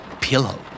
Pillow